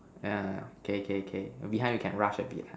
err okay okay behind we can rush a bit ha